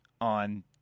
on